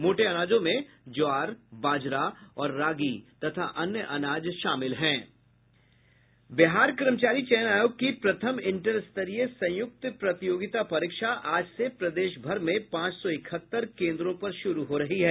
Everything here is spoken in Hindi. मोटे अनाजों में ज्वार बाजरा और रागी तथा अन्य अनाज शामिल हैं बिहार कर्मचारी चयन आयोग की प्रथम इंटर स्तरीय संयुक्त प्रतियोगिता परीक्षा आज से प्रदेश भर में पांच सौ इकहत्तर केन्द्र पर शुरू हो रही है